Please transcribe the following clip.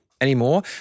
anymore